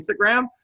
Instagram